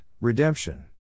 Redemption